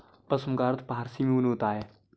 पश्म का अर्थ फारसी में ऊन होता है